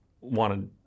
wanted